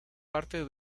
parte